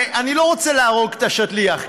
ואני לא רוצה להרוג את השליח,